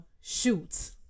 Shoot